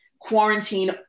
quarantine